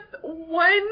one